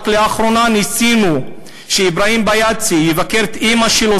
רק לאחרונה ניסינו שאברהים ביאדסה יבקר את אמו שלו,